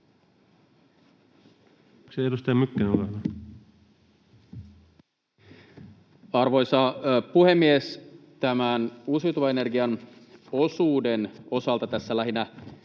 Arvoisa puhemies! Tämän uusiutuvan energian osuuden osalta tässä lähinnä